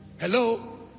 hello